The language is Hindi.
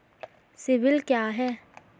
सिबिल क्या है?